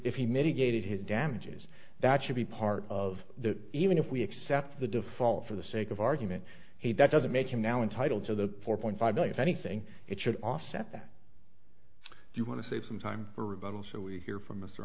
if he mitigated his damages that should be part of that even if we accept the default for the sake of argument that doesn't make him now entitled to the four point five million anything it should offset that you want to save some time for rebuttal so we hear from